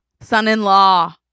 Son-in-law